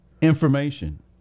information